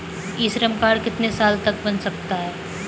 ई श्रम कार्ड कितने साल तक बन सकता है?